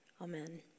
Amen